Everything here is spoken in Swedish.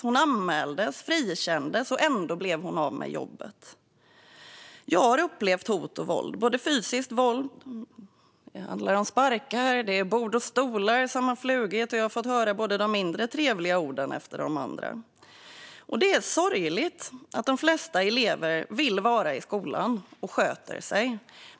Hon anmäldes och frikändes, men ändå blev hon av med jobbet. Jag har upplevt hot och våld. Det har varit fysiskt våld, sparkar, bord och stolar har flugit, och jag har fått höra mindre trevliga ord. Det är sorgligt. De flesta eleverna vill vara i skolan, och de sköter sig.